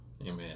Amen